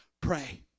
Pray